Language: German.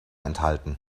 enthalten